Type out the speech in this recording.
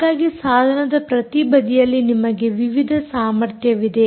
ಹಾಗಾಗಿ ಸಾಧನದ ಪ್ರತಿ ಬದಿಯಲ್ಲಿ ನಿಮಗೆ ವಿವಿಧ ಸಾಮರ್ಥ್ಯವಿದೆ